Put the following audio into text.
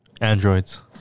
Androids